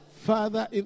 Father